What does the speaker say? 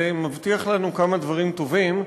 זה מבטיח לנו כמה דברים טובים,